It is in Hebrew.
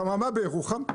חממה בירוחם,